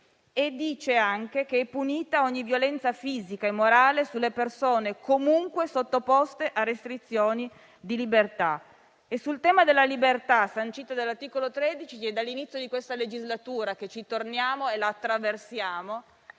e dice anche che «è punita ogni violenza fisica e morale sulle persone comunque sottoposte a restrizioni di libertà». Sul tema della libertà, sancita dall'articolo 13, è dall'inizio di questa legislatura che torniamo e lo attraversiamo